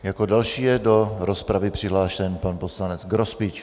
Jako další je do rozpravy přihlášen pan poslanec Grospič.